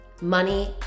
money